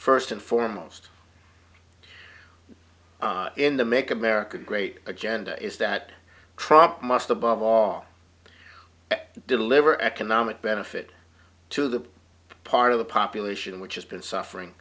first and foremost in the make america great agenda is that trump must above all deliver economic benefit to the part of the population which has been suffering